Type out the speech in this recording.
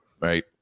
right